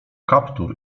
kaptur